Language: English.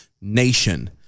nation